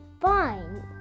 Fine